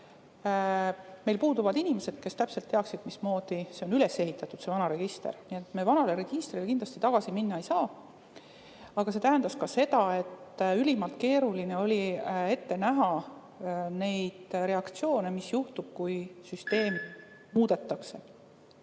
meil puuduvad inimesed, kes täpselt teaksid, mismoodi see vana register on üles ehitatud. Nii et me vana registri juurde kindlasti tagasi minna ei saa. Aga see tähendab ka seda, et ülimalt keeruline oli ette näha neid reaktsioone, mis juhtub, kui süsteemi muudetakse.